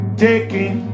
taking